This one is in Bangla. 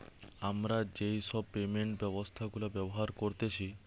আমরা যেই সব পেমেন্ট ব্যবস্থা গুলা ব্যবহার করতেছি